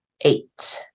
eight